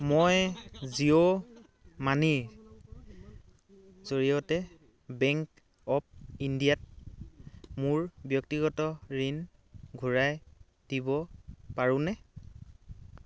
মই জিঅ' মানিৰ জৰিয়তে বেংক অৱ ইণ্ডিয়াত মোৰ ব্যক্তিগত ঋণ ঘূৰাই দিব পাৰোঁনে